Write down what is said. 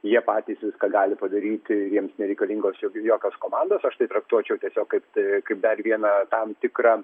jie patys viską gali padaryti jiems nereikalingos jok jokios komandos aš tai traktuočiau tiesiog kaip t kaip dar vieną tam tikrą